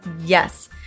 yes